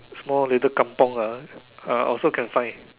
small little Kampung ah ah also can find